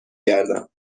گردم